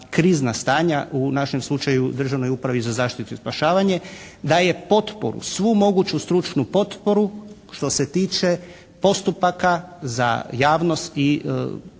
krizna stanja, u našem slučaju Državnoj upravi za zaštitu i spašavanje, daje potporu, svu moguću stručnu potporu što se tiče postupaka za javnost i